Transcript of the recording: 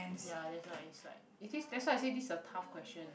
ya that's why is like is this that's why I say this a tough question